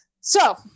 So-